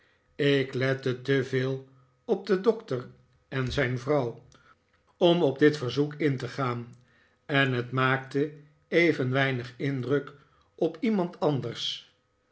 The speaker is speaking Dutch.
ik lette te veel op den doctor en zijn vrouw om op dit verzoek in te gaan en het maakte even weinig indruk op iemand anders